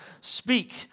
speak